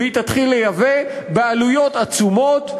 והיא תתחיל לייבא בעלויות עצומות,